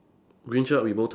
green shirt with bow tie